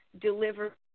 deliver